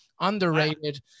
Underrated